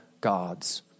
God's